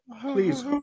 Please